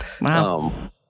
Wow